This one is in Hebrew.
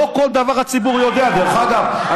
לא כל דבר הציבור יודע, דרך אגב.